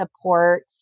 support